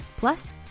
Plus